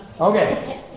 Okay